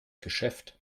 geschäft